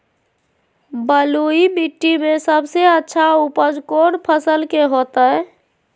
बलुई मिट्टी में सबसे अच्छा उपज कौन फसल के होतय?